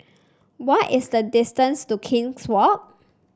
what is the distance to King's Walk